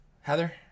Heather